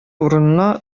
урынына